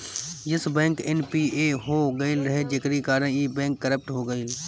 Yes bank NPA हो गईल रहे जेकरी कारण इ बैंक करप्ट हो गईल